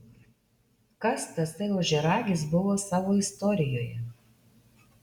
kas tasai ožiaragis buvo savo istorijoje